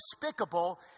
despicable